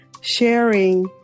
sharing